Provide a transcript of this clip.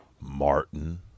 Martin